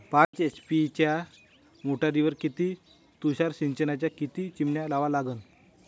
पाच एच.पी च्या मोटारीवर किती तुषार सिंचनाच्या किती चिमन्या लावा लागन?